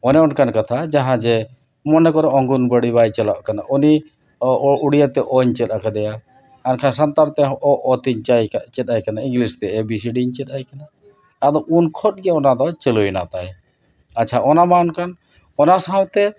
ᱚᱱᱮ ᱚᱱᱠᱟᱱ ᱠᱟᱛᱷᱟ ᱡᱟᱦᱟᱸ ᱡᱮ ᱢᱚᱱᱮ ᱠᱚᱨᱚ ᱚᱝᱜᱱᱚᱣᱟᱲᱤ ᱵᱟᱭ ᱪᱟᱞᱟᱜ ᱠᱟᱱᱟ ᱩᱱᱤ ᱩᱲᱤᱭᱟ ᱛᱮ ᱚᱞᱚᱜ ᱤᱧ ᱪᱮᱫ ᱟᱠᱟᱫᱮᱭᱟ ᱟᱨ ᱵᱟᱠᱷᱟᱱ ᱥᱟᱱᱛᱟᱲ ᱛᱮᱦᱚᱸ ᱚ ᱛ ᱤᱧ ᱪᱟᱹᱭ ᱠᱟᱜᱼᱟ ᱪᱮᱫ ᱟᱭ ᱠᱟᱱᱟ ᱤᱝᱞᱤᱥ ᱛᱮ ᱮ ᱵᱤ ᱥᱤ ᱰᱤᱧ ᱪᱮᱫ ᱟᱭ ᱠᱟᱱᱟ ᱟᱫᱚ ᱩᱱ ᱠᱷᱚᱱ ᱜᱮ ᱚᱱᱟ ᱫᱚ ᱪᱟᱹᱞᱩᱭᱮᱱᱟ ᱛᱟᱭ ᱟᱪᱪᱷᱟ ᱚᱱᱟ ᱢᱟ ᱚᱱᱠᱟᱱ ᱚᱱᱟ ᱥᱟᱶᱛᱮ